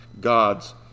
god's